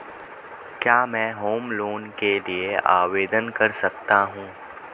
क्या मैं home loan के लिए आवेदन कर सकता हूं?